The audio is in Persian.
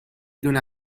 دونه